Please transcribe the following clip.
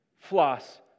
floss